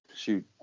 shoot